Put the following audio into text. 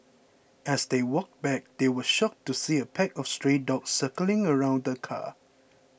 as they walked back they were shocked to see a pack of stray dogs circling around the car